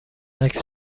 عکس